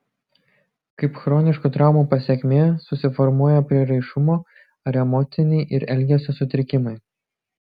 kaip chroniškų traumų pasekmė susiformuoja prieraišumo ar emociniai ir elgesio sutrikimai